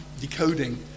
decoding